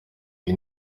uyu